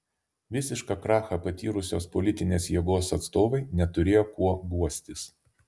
visišką krachą patyrusios politinės jėgos atstovai neturėjo kuo guostis